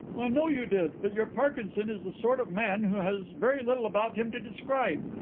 i know you did, but your parkinson is the sort of man who has very little about him to describe.